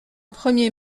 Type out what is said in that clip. premier